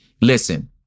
listen